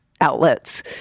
outlets